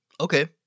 Okay